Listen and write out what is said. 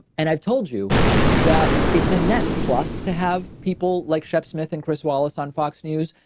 and i've told you that it's a net plus to have people like shep smith and chris wallace on fox news,